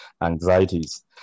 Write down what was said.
anxieties